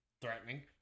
threatening